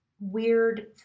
weird